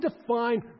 define